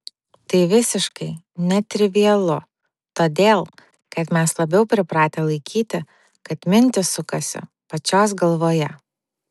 tai visiškai netrivialu todėl kad mes labiau pripratę laikyti kad mintys sukasi pačios galvoje